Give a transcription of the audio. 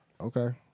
Okay